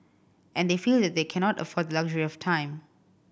and they feel that they cannot afford the luxury of time